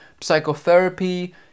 psychotherapy